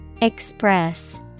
Express